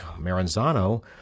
Maranzano